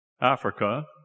Africa